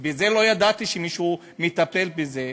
ולא ידעתי שמישהו מטפל בזה,